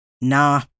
Nah